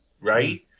right